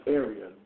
area